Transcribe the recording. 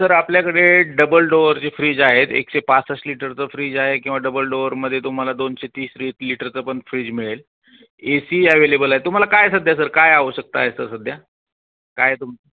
sir आपल्याकडे double डोअरचे fridge आहेत एकशे पासष्ट लिटरच फ्रीज आहे किंवा डबल डोअरमध्ये तुम्हाला दोनशे तीस लि लिटरचं पन फ्रीज मिळेल एसी अवेलेबलय तुम्हाला काय सध्या सर काय आवशकता आहे सर सध्या काय तुम